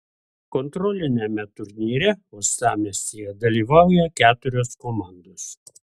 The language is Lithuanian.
kontroliniame turnyre uostamiestyje dalyvauja keturios komandos